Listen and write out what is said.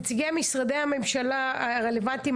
נציגי משרדי הממשלה הרלוונטיים,